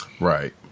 Right